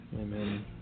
Amen